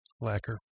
lacquer